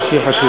ראש עיר חשובה.